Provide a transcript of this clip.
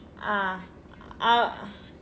ah ah